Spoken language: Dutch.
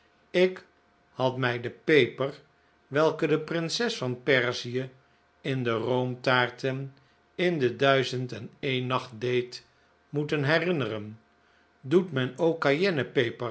ik had mij de peper welke de prinses van perzie in de roomtaarten in de duizend en een nacht deed moeten herinneren doet men ook